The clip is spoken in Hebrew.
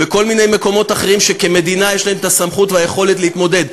בכל מיני מקומות אחרים שבהם כמדינה יש להן הסמכות והיכולת להתמודד,